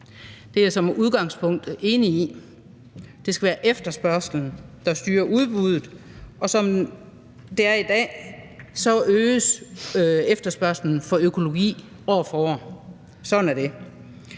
Det er jeg som udgangspunkt enig i. Det skal være efterspørgslen, der styrer udbuddet, og som det er i dag, øges efterspørgslen efter økologi år for år. Sådan er det.